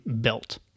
built